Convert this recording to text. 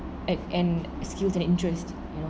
at and skills and interest